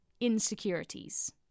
insecurities